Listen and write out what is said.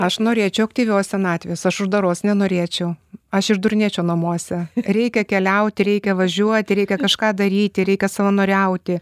aš norėčiau aktyvios senatvės aš uždaros nenorėčiau aš išdurnėčiau namuose reikia keliauti reikia važiuoti reikia kažką daryti reikia savanoriauti